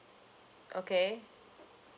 okay